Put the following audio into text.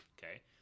Okay